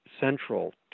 central